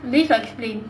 list of screen